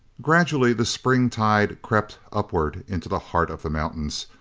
gradually the springtide crept upward into the heart of the mountains,